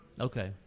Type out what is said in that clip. Okay